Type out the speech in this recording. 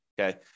okay